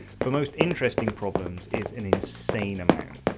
for most interesting problems, is an insane amount.